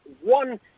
one